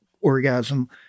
orgasm